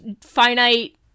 finite